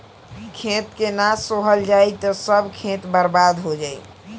खेत के ना सोहल जाई त सब खेत बर्बादे हो जाई